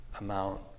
amount